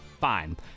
Fine